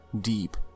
Deep